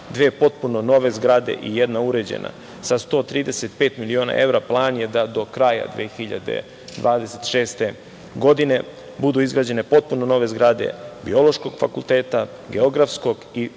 dve potpuno nove zgrade i jedna uređena sa 135 miliona evra, plan je da do kraja 2026. godine budu izgrađene potpuno nove zgrade Biološkog fakulteta, Geografskog i Fakulteta